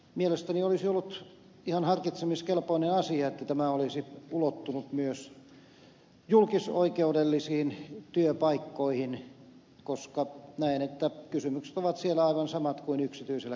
mielestäni olisi ollut ihan harkitsemiskelpoinen asia että tämä olisi ulottunut myös julkisoikeudellisiin työpaikkoihin koska näen että kysymykset ovat siellä aivan samat kuin yksityiselläkin sektorilla